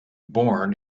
born